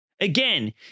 Again